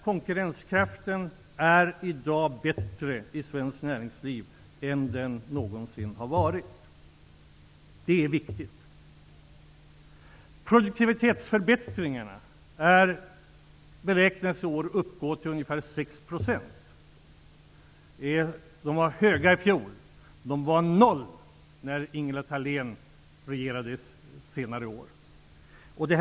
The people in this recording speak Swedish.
Konkurrensenkraften i svenska näringsliv är i dag bättre än den någonsin varit. Det är viktigt. Produktivitetsförbättringarna beräknas i år upp till ungefär 6 %. De var höga i fjol. Men när Ingela Thalén under senare år satt i regeringen var de noll.